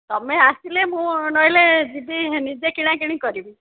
ତୁମେ ଆସିଲେ ମୁଁ ନହେଲେ ଯିବି ନିଜେ କିଣାକିଣି କରିବି